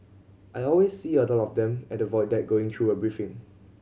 I always see a lot of them at the Void Deck going through a briefing